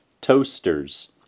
toasters